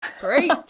Great